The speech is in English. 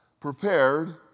prepared